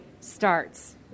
starts